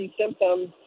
symptoms